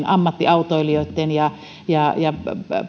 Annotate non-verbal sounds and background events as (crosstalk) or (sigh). (unintelligible) ammattiautoilijoitten ja ja